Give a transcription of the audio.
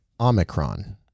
Omicron